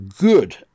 good